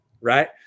right